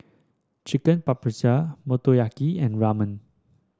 Chicken Paprikas Motoyaki and Ramen